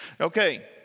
Okay